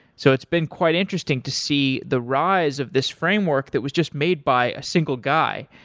so it's been quite interesting to see the rise of this framework that was just made by a single guy.